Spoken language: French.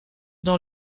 dans